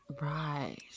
right